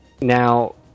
Now